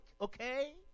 okay